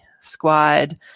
squad